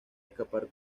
escapar